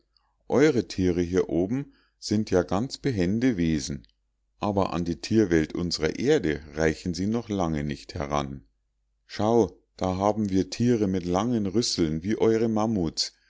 eure tiere hier oben sind ja ganz behende wesen aber an die tierwelt unsrer erde reichen sie noch lange nicht heran schau da haben wir tiere mit langen rüsseln wie eure mammuts